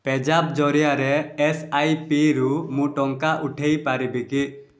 ପେଜାପ୍ ଜରିଆରେ ଏସ୍ଆଇପିରୁ ମୁଁ ଟଙ୍କା ଉଠାଇ ପାରିବି କି